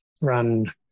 run